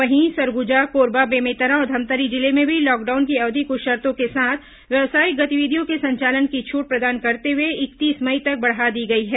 वहीं सरगुजा कोरबा बेमेतरा और धमतरी जिले में भी लॉकडाउन की अवधि कुछ शर्तो के साथ व्यावसायिक गतिविधियों के संचालन की छूट प्रदान करते हुए इकतीस मई तक बढ़ा दी गई है